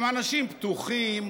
הם אנשים פתוחים,